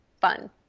fun